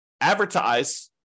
advertise